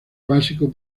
básico